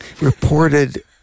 Reported